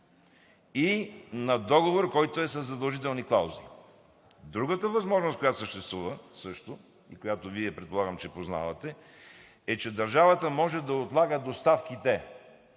и на договор, който е със задължителни клаузи. Другата възможност, която съществува също и която Вие, предполагам, че познавате, е, че държавата може да отлага доставките,